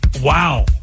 Wow